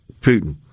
Putin